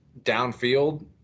downfield